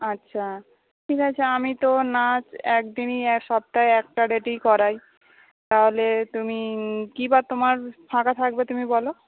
আচ্ছা ঠিক আছে আমি তো নাচ একদিনই সপ্তাহে একটা ডেটেই করাই তাহলে তুমি কী বার তোমার ফাঁকা থাকবে তুমি বলো